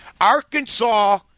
Arkansas